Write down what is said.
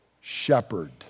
shepherd